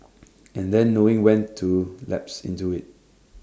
and then knowing when to lapse into IT